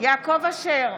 יעקב אשר,